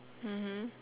mmhmm